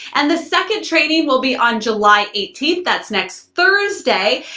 and the second training will be on july eighteen that's next thursday.